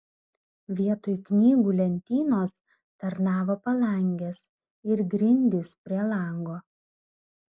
vietoj knygų lentynos tarnavo palangės ir grindys prie lango